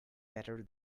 better